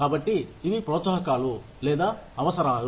కాబట్టి ఇవి ప్రోత్సాహకాలు లేదా అవసరాలు